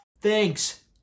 Thanks